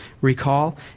Recall